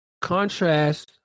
contrast